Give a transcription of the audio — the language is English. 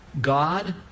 God